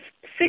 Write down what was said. six